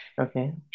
Okay